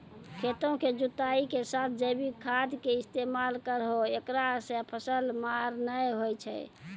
खेतों के जुताई के साथ जैविक खाद के इस्तेमाल करहो ऐकरा से फसल मार नैय होय छै?